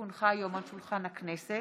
כי הונחו היום על שולחן הכנסת,